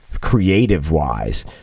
creative-wise